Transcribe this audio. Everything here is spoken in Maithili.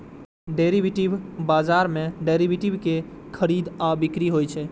डेरिवेटिव बाजार मे डेरिवेटिव के खरीद आ बिक्री होइ छै